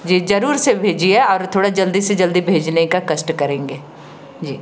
जी जरूर से भेजिए और थोड़ा जल्दी से जल्दी भेजने का कष्ट करेंगे जी